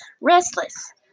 restless